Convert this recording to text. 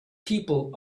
people